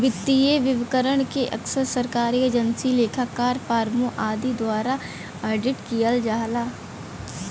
वित्तीय विवरण के अक्सर सरकारी एजेंसी, लेखाकार, फर्मों आदि द्वारा ऑडिट किहल जाला